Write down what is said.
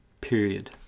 period